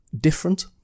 different